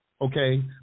okay